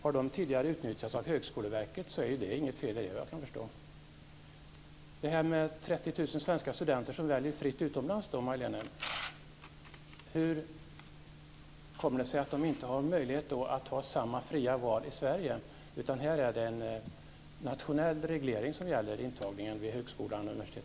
Har de tidigare utnyttjats av Högskoleverket så är det inget fel i det, vad jag kan förstå. Hur kommer det sig att de inte har samma fria val i Sverige? Här är det en nationell reglering som gäller vid antagning till högskola och universitet.